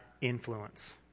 influence